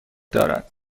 دارد